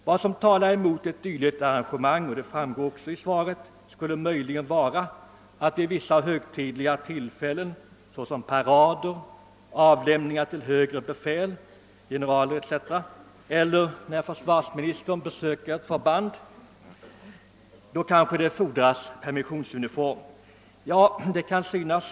Vad som talar emot ett dylikt arrangemang är möjligen, och det framgår även av svaret, att vid vissa högtidliga tillfällen såsom parader, avlämning till högre befäl — generaler etc. — eller när försvarsministern besöker ett förband permissionsuniform kanske fordras.